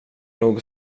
nog